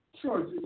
Sure